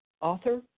author